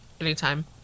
Anytime